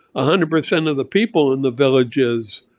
ah hundred percent of the people in the villages